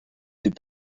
des